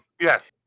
Yes